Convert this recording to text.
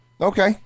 Okay